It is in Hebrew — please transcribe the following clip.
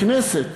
הכנסת